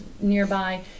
nearby